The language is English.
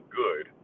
good